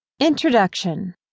Introduction